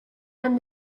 and